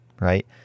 right